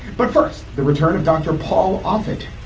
but first, the return of dr. paul offit,